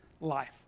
life